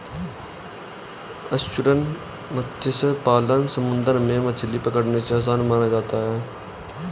estuarine मत्स्य पालन समुंदर में मछली पकड़ने से आसान माना जाता है